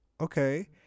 okay